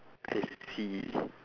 I see